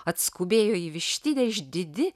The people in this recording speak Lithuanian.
atskubėjo į vištidę išdidi